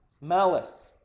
malice